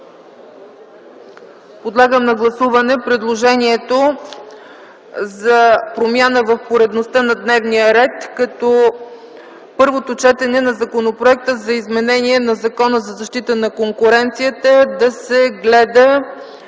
Моля да гласуваме предложението за промяна в поредността на дневния ред, като първото четене на Законопроекта за изменение на Закона за защита на конкуренцията да се гледа